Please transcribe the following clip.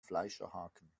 fleischerhaken